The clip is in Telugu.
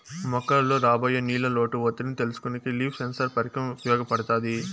మొక్కలలో రాబోయే నీళ్ళ లోటు ఒత్తిడిని తెలుసుకొనేకి లీఫ్ సెన్సార్ పరికరం ఉపయోగపడుతాది